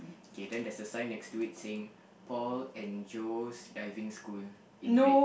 okay then there's a sign next to it that says Paul and Joe's Diving School in red